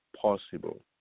possible